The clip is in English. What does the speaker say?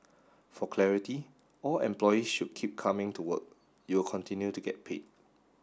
for clarity all employees should keep coming to work you will continue to get paid